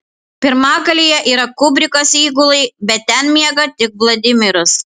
pirmagalyje yra kubrikas įgulai bet ten miega tik vladimiras